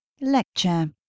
Lecture